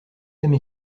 aimes